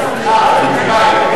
קדימה.